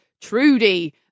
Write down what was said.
Trudy